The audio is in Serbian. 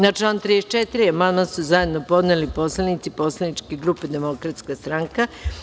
Na član 34. amandman su zajedno podneli poslanici Poslaničke grupe Demokratska stranka.